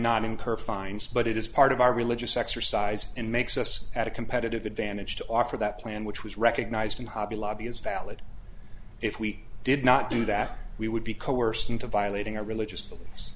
not incur fines but it is part of our religious exercise and makes us at a competitive advantage to offer that plan which was recognised in hobby lobby as valid if we did not do that we would be coerced into violating our religious beliefs